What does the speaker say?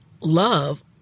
love